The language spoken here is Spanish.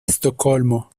estocolmo